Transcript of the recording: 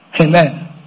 Amen